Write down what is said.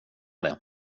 det